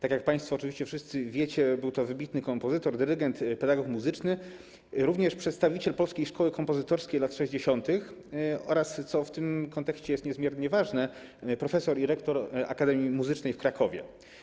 Jak wszyscy państwo oczywiście wiecie, był to wybitny kompozytor, dyrygent, pedagog muzyczny, również przedstawiciel polskiej szkoły kompozytorskiej lat 60. oraz, co w tym kontekście jest niezmiernie ważne, profesor i rektor Akademii Muzycznej w Krakowie.